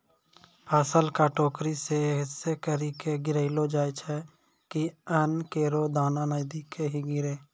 फसल क टोकरी सें ऐसें करि के गिरैलो जाय छै कि अन्न केरो दाना नजदीके ही गिरे